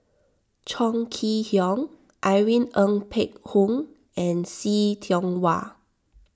Chong Kee Hiong Irene Ng Phek Hoong and See Tiong Wah